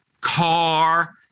Car